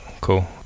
cool